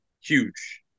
Huge